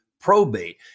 probate